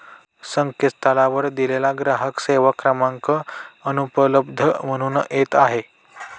संकेतस्थळावर दिलेला ग्राहक सेवा क्रमांक अनुपलब्ध म्हणून येत आहे